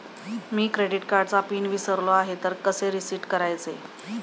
मी credit कार्डचा PIN विसरलो आहे तर कसे रीसेट करायचे?